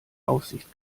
aussicht